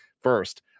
first